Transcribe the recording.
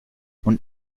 und